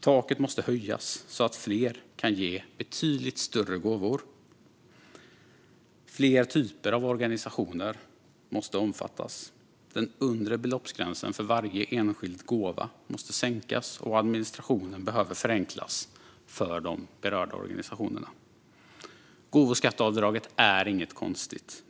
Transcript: Taket måste höjas så att fler kan ge betydligt större gåvor. Fler typer av organisationer måste omfattas, den undre beloppsgränsen för varje enskild gåva måste sänkas och administrationen behöver förenklas för de berörda organisationerna. Gåvoskatteavdraget är inget konstigt.